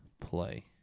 play